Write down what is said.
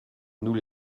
nous